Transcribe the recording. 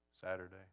Saturday